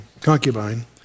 concubine